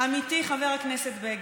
עמיתי חבר הכנסת בגין,